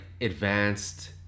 advanced